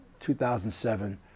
2007